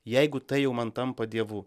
jeigu tai jau man tampa dievu